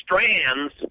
strands